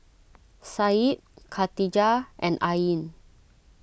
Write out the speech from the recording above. Said Khatijah and Ain